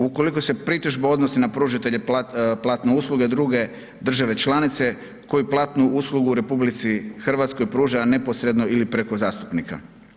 Ukoliko se pritužba odnosi na pružitelje platne usluge druge države članice koji platnu uslugu u RH pruža neposredno ili preko zastupnika.